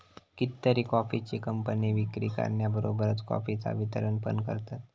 कितीतरी कॉफीचे कंपने विक्री करण्याबरोबरच कॉफीचा वितरण पण करतत